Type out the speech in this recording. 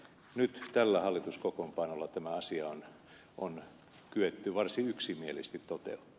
nyt tällä hallituskokoonpanolla tämä asia on kyetty varsin yksimielisesti kokee